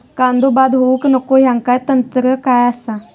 कांदो बाद होऊक नको ह्याका तंत्र काय असा?